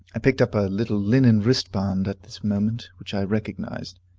i picked up a little linen wristband at this moment, which i recognized.